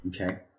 Okay